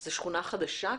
זו שכונה חדשה?